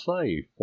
say